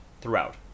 throughout